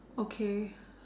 okay